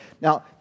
now